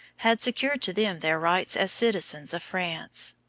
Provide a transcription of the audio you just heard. had secured to them their rights as citizens of france.